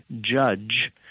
judge